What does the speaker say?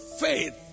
Faith